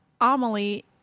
Amelie